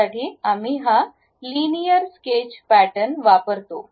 त्यासाठी आम्ही हा लिनियर स्केच पॅटर्न वापरतो